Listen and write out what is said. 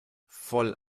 voll